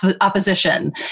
opposition